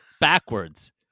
Backwards